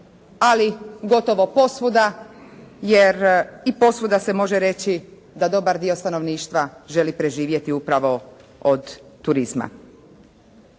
ali i gotovo posvuda jer i posvuda se može reći da dobar dio stanovništva želi preživjeti upravo od turizma.